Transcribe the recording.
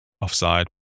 offside